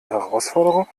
herausforderung